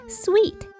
sweet